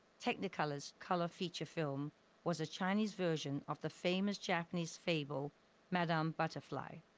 technicolor's color feature film was a chinese version of the famous apanese fable madame butterfly.